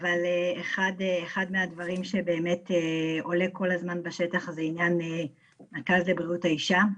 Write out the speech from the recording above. אבל אחד הדברים שבאמת עולה כל הזמן בשטח זה עניין הריאות האישה.